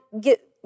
get